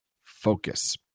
focus